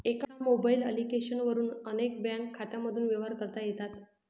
एका mobile application वरून अनेक बँक खात्यांमधून व्यवहार करता येतात